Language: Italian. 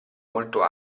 molto